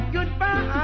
Goodbye